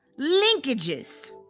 linkages